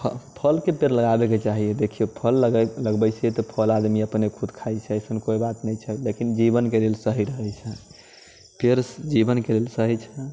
फल फलके पेड़ लगाबैके चाही देखियौ फल लगबै फल लगबै छियै तऽ फल आदमी अपने खुद खाइ छै एसन कोइ बात नहि छै लेकिन जीवनके लेल सही रहै छै पेड़ जीवनके लेल सही छै